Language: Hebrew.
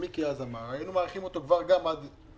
היינו מאריכים אותו עד יולי,